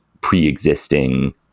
pre-existing